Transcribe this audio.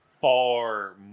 far